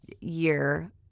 year